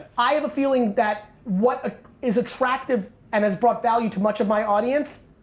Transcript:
i have a feeling that what is attractive and has brought value to much of my audience.